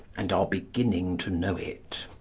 and are beginning to know it.